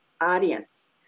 audience